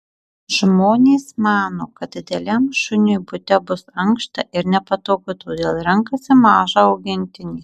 žmonės mano kad dideliam šuniui bute bus ankšta ir nepatogu todėl renkasi mažą augintinį